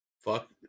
fuck